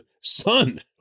son